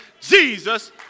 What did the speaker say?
Jesus